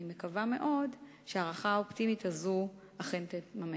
אני מקווה מאוד שההערכה האופטימית הזאת אכן תתממש.